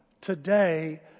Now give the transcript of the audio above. today